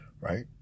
right